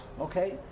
okay